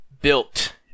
built